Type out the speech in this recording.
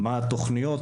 מהן התכניות?